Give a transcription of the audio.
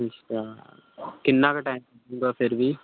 ਅੱਛਾ ਕਿੰਨਾਂ ਕੁ ਟਾਈਮ ਹੁੰਦਾ ਫਿਰ ਵੀ